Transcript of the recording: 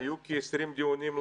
היו כ-20 דיונים,